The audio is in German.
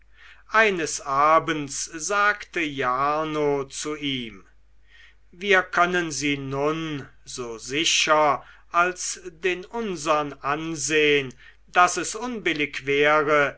eines abends sagte jarno zu ihm wir können sie nun so sicher als den unsern ansehen daß es unbillig wäre